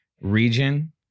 region